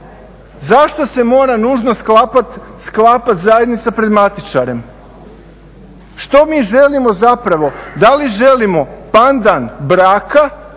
zašto se mora nužno sklapati zajednica pred matičarom? Što mi želimo zapravo, da li želimo pandan braka